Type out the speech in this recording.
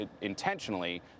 intentionally